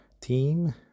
team